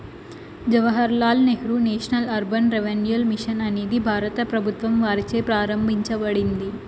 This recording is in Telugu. Jawahar Lal Nehru National Urban Renewal Mission అనేది భారత ప్రభుత్వం వారిచే ప్రారంభించబడింది